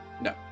No